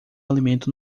alimento